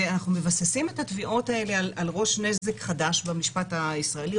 ואנחנו מבססים את התביעות האלה על ראש נזק חדש במשפט הישראלי,